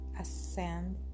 ascend